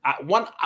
one